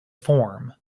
form